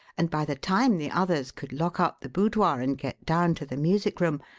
and by the time the others could lock up the boudoir and get down to the music room,